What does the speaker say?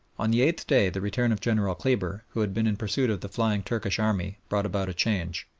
on the eighth day the return of general kleber, who had been in pursuit of the flying turkish army, brought about a change.